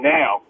now